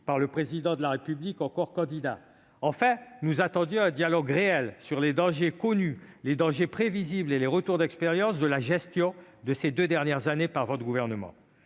par le Président de la République alors en campagne. Enfin, nous espérions un dialogue réel sur les dangers connus, les dangers prévisibles et les retours d'expérience de la gestion de ces deux dernières années. Rien de